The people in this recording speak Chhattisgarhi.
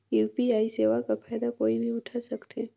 यू.पी.आई सेवा कर फायदा कोई भी उठा सकथे?